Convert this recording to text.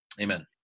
Amen